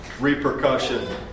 repercussion